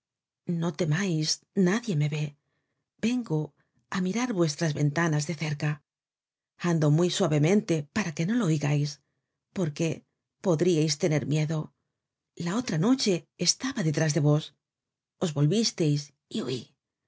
no temais nadie me ve vengo á mirar vuestras ventanas de cerca ando muy suavemente para que no lo oigais porque podríais tener miedo la otra noche estaba detrás de vos os volvisteis y huí